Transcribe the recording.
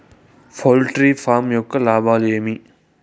poultry farm యొక్క లాభాలు ఏమి